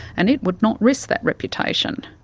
and it would not risk that reputation.